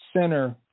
center